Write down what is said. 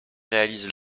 réalise